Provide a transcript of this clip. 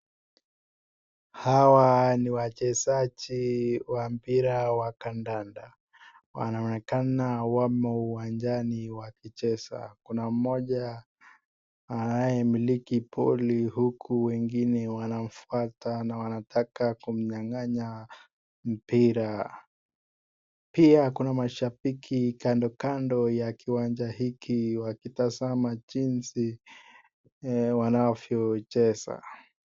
Hawa ni wachezaji wa mpira wa kandanda. Wanaonekana wamo uwanjani wakicheza. Kuna mmoja anayemiliki boli huku wengine wanamfuata na wanataka kumnyang'ang'anya mpira. Pia kuna mashabiki kando kando ya kiwanja hiki wakitazama jinsi wanavyocheza.